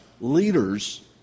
leaders